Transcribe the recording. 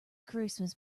christmas